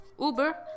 Uber